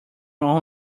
own